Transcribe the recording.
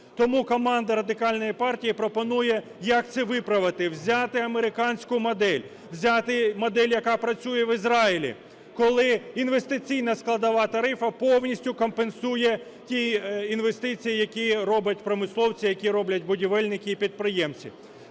Тому команда Радикальної партії пропонує, як це виправити. Взяти американську модель, взяти модель, яка працює в Ізраїлі, коли інвестиційна складова тарифу повністю компенсує ті інвестиції, які роблять промисловці, які роблять будівельники і підприємці.